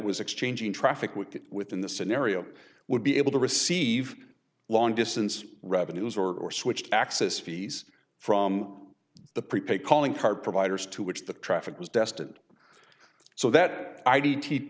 was exchanging traffic with it within the scenario would be able to receive long distance revenues or switched access fees from the prepaid calling card providers to which the traffic was destined so that i